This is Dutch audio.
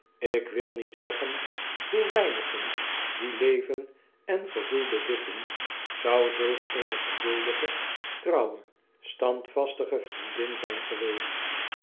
ik wil niet zeggen hoe weinigen die leven en gevoel bezitten zou zulk eene geduldige trouwe standvastige vriendin zijn geweest